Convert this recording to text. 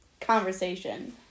conversation